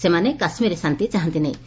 ସେମାନେ କାଶ୍ବୀରରେ ଶାନ୍ତି ଚାହାନ୍ତି ନାହିଁ